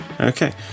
Okay